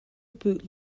boot